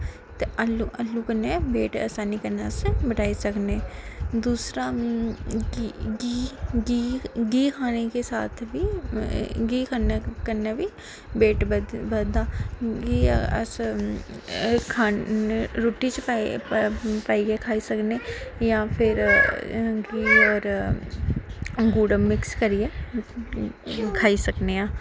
ते आलू आलू कन्नै वेट आसानी कन्नै अस बढ़ाई सकने दूसरा घी घी घी खाने के साथ बी घी कन्नै कन्नै बी वेट बधदा घी अस खाने रुट्टी च पाइयै खाई सकने जां फिर घी होर गुड़ मिक्स करियै खाई सकने आं